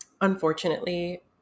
unfortunately